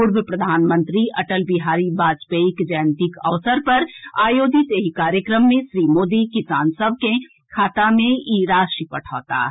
पूर्व प्रधानमंत्री अटल बिहारी वाजपेयीक जयंतीक अवसर पर आयोजित एहि कार्यक्रम मे श्री मोदी किसान सभ के खाता मे ई राशि पठौताह